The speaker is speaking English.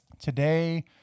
Today